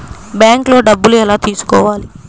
బ్యాంక్లో డబ్బులు ఎలా తీసుకోవాలి?